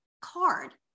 card